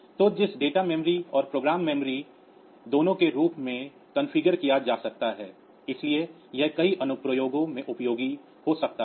तो जिसे data memory और प्रोग्राम मेमोरी दोनों के रूप में कॉन्फ़िगर किया जा सकता है इसलिए यह कई अनुप्रयोगों में उपयोगी हो सकता है